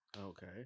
Okay